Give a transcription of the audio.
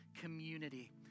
community